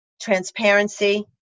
transparency